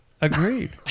Agreed